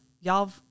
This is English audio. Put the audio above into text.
y'all